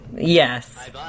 Yes